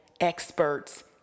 experts